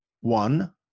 one